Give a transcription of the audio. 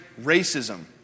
racism